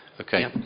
Okay